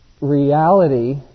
reality